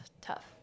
tough